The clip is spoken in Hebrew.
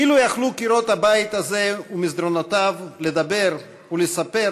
אילו יכלו קירות הבית הזה ומסדרונותיו לדבר ולספר,